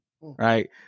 Right